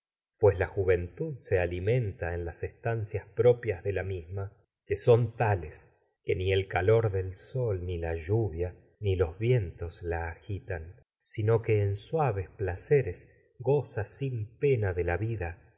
la juventud se ali la misma que son menta las estancias propias de tales que ni el calor del sol ni la lluvia ni los viejitos la agitan sino que en suaves vida hasta que placeres goza sin pena de la